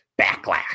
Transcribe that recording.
backlash